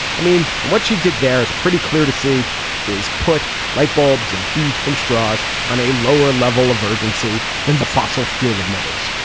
i mean and what she did there is pretty clear to see is put light bulbs and beef and straws on a lower level of urgency than the fossil fuel emitters.